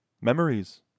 memories